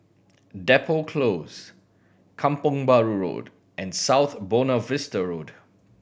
Depot Close Kampong Bahru Road and South Buona Vista Road